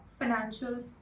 financials